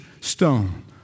stone